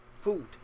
food